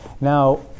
Now